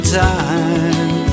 time